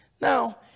Now